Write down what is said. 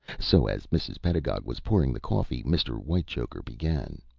so, as mrs. pedagog was pouring the coffee, mr. whitechoker began